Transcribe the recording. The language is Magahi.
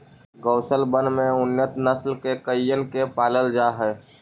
गौशलबन में उन्नत नस्ल के गइयन के पालल जा हई